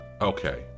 Okay